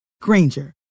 Granger